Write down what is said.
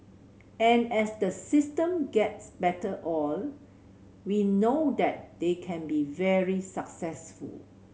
and as the system gets better oiled we know that they can be very successful